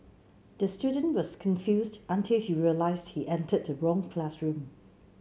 the student was confused until he realised he entered the wrong classroom